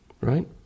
right